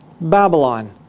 Babylon